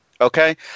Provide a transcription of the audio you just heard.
Okay